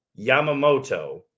Yamamoto